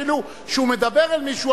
אפילו כשהוא מדבר אל מישהו,